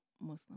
Muslim